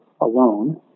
alone